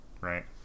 right